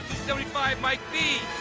seventy five, mike b.